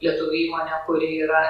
lietuvių įmonė kuri yra